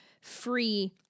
free